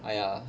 !aiya!